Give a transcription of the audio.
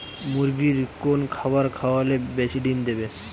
মুরগির কোন খাবার খাওয়ালে বেশি ডিম দেবে?